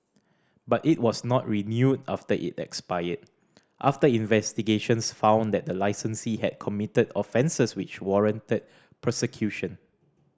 but it was not renewed after it expired after investigations found that the licensee had committed offences which warranted prosecution